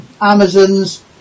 Amazons